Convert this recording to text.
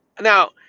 Now